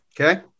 Okay